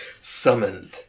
Summoned